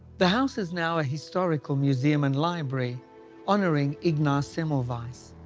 the house is now a historical museum and library honouring ignaz semmelweis.